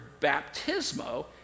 baptismo